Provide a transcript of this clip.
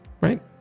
right